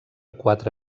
quatre